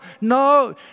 no